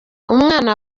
umwana